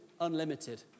unlimited